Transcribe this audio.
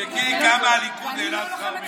תבדקי כמה הליכוד העלה שכר מינימום.